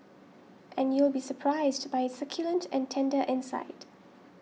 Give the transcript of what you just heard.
and you'll be surprised by its succulent and tender inside